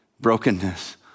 brokenness